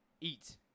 eat